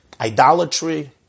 idolatry